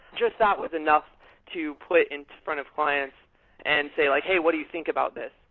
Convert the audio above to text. just that was enough to put into front of clients and say, like hey, what do you think about this?